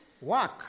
work